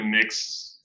mix